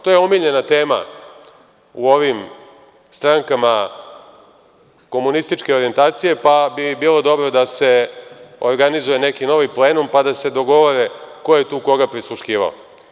To je omiljena tema u ovim strankama komunističke orijentacije, pa bi bilo dobro da se organizuje neki novi plenum i da se dogovore ko je tu koga prisluškivao.